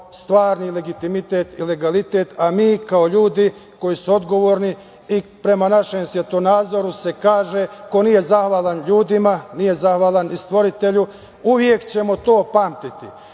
stvarni legitimitet i legalitet, a mi kao ljudi koji su odgovorni i prema našem svetonazoru se kaže - ko nije zahvalan ljudima, nije zahvalan ni Stvoritelju. Uvek ćemo to pamtiti.